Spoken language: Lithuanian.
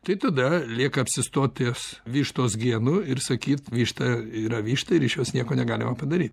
tai tada lieka apsistot ties vištos genu ir sakyt višta yra višta ir iš jos nieko negalima padaryt